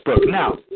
Now